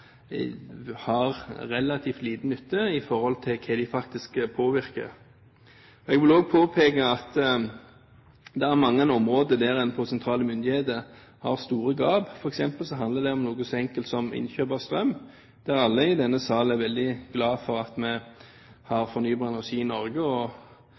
har relativt liten nytte i forhold til hva de faktisk kan påvirke. Jeg vil også påpeke at det er mange områder der en fra sentrale myndigheter har store gap. For eksempel handler det om noe så enkelt som innkjøp av strøm, der alle i denne salen er veldig glad for at vi har fornybar energi i Norge, og